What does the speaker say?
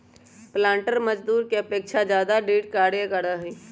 पालंटर मजदूर के अपेक्षा ज्यादा दृढ़ कार्य करा हई